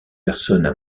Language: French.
personnes